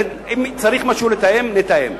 צריך משהו לתאם, נתאם.